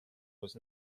was